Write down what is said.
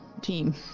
team